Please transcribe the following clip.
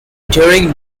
during